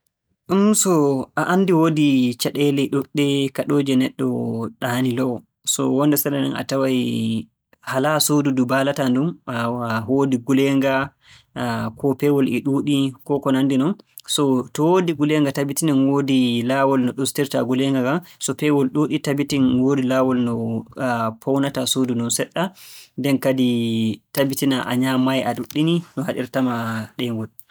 Hmn, so a anndi woodi caɗeele ɗuuɗɗe kaɗooje neɗɗo ɗaanilowee, wonnde sarde nden a taway halaa suudu ndu mbaalataa ndun e woodi nguleenga, koo peewol e ɗuuɗi koo ko nanndi non. So to woodi nguleenga, tabitin woodi laawol no ɗustirta nguleenga ngan. So peewol ɗuuɗi tabitin woodi laawol no poownata suudu ndun seɗɗa. Nden kadi tabitina a nyaamay a ɗuuɗɗini no haɗirta ma ɗeengol.